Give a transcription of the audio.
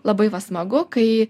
labai va smagu kai